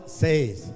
says